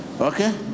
okay